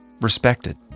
Respected